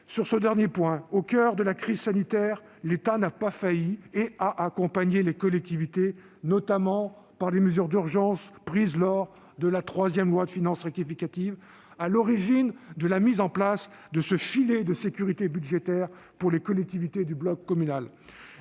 durables. Au coeur de la crise sanitaire, l'État n'a pas failli et a accompagné les collectivités, notamment par les mesures d'urgence prises dans le cadre de la troisième loi de finances rectificative, à l'origine de la mise en place du « filet de sécurité budgétaire » pour les collectivités du bloc communal.